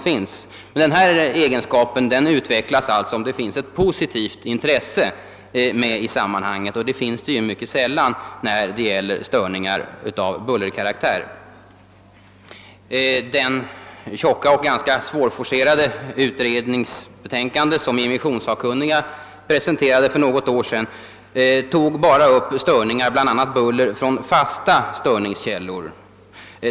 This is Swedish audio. Denna selektiva egenskap utvecklas alltså, om det finns ett positivt intresse med i sammanhanget, men det är mycket sällan fallet i fråga om störningar av bullerkaraktär. I det tjocka och ganska svårforcerade utredningsbetänkande som immissionssakkunniga presenterade för något år sedan tog man bara upp störningar, bl.a. buller, från fasta störningskällor.